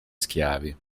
schiavi